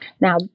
Now